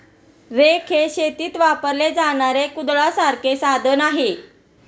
rake हे शेतीत वापरले जाणारे कुदळासारखे साधन आहे